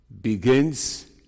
begins